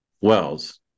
Wells